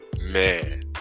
Man